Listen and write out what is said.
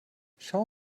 schau